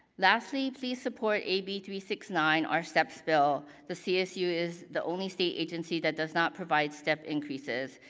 lastly, please support a b three six nine, our steps bill. the csu is the only state agency that does not provide step increases.